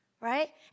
right